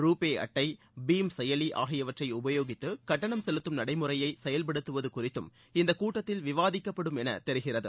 ரூபே அட்டை பீம் செயலி ஆகியவற்றை உபயோகித்து கட்டணம் செலுத்தும் நடைமுறையை செயல்படுத்துவது குறித்தும் இந்த கூட்டத்தில் விவாதிக்கப்படும் என தெரிகிறது